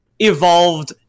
evolved